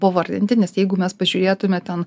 pavardinti nes jeigu mes pažiūrėtume ten